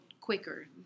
quicker